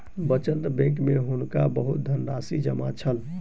बचत बैंक में हुनका बहुत धनराशि जमा छल